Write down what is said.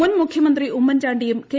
മുൻ മുഖ്യമന്ത്രി ഉമ്മൻചാണ്ടിയും കെ